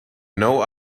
know